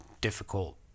difficult